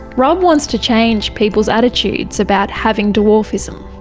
rob wants to change people's attitudes about having dwarfism.